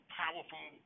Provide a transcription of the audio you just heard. powerful